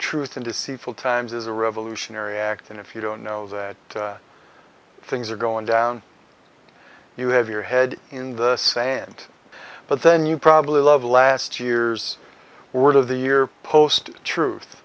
truth in deceitful times is a revolutionary act and if you don't know that things are going down you have your head in the sand but then you probably love the last years word of the year post truth